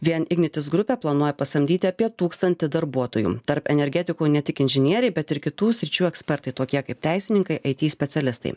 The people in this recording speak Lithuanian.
vien ignitis grupė planuoja pasamdyti apie tūkstantį darbuotojų tarp energetikų ne tik inžinieriai bet ir kitų sričių ekspertai tokie kaip teisininkai it specialistai